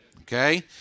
Okay